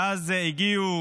ואז הגיעו